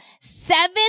seven